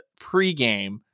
pregame